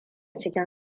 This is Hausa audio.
cikin